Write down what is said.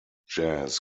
jazz